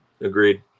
Agreed